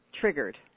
triggered